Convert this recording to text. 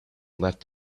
left